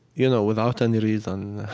you know, without any reason,